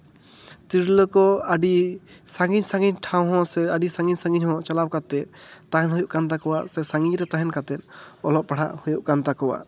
ᱛᱤᱨᱞᱟᱹ ᱠᱚ ᱟᱹᱰᱤ ᱥᱟᱺᱜᱤᱧ ᱥᱟᱺᱜᱤᱧ ᱴᱷᱟᱶ ᱦᱚᱸ ᱥᱮ ᱟᱹᱰᱤ ᱥᱟᱺᱜᱤᱧ ᱥᱟᱺᱜᱤᱧ ᱦᱚᱸ ᱪᱟᱞᱟᱣ ᱠᱟᱛᱮᱫ ᱛᱟᱦᱮᱱ ᱦᱩᱭᱩᱜ ᱠᱟᱱ ᱛᱟᱠᱚᱣᱟ ᱥᱮ ᱥᱟᱺᱜᱤᱧ ᱨᱮ ᱛᱟᱦᱮᱸᱠᱟᱛᱮ ᱚᱞᱚᱜ ᱯᱟᱲᱦᱟᱜ ᱦᱩᱭᱩᱜ ᱠᱟᱱ ᱛᱟᱠᱚᱣᱟ